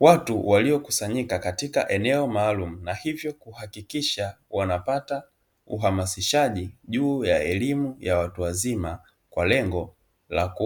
Watu waliokusanyika katika eneo maalumu na hivyo kuhakikisha wanapata uhamasishaji juu ya elimu ya watu wazima, kwa lengo la